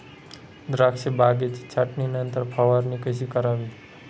द्राक्ष बागेच्या छाटणीनंतर फवारणी कशी करावी?